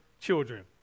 children